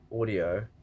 audio